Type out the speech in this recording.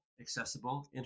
accessible